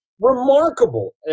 remarkable